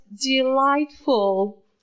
delightful